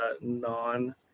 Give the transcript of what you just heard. non-